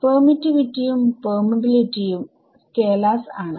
പെർമിറ്റിവിറ്റിയും permeability യും scalars ആണ്